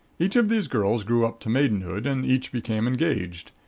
each of these girls grew up to maidenhood and each became engaged,